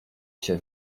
się